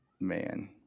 man